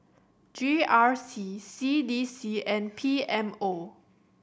G R C C D C and P M O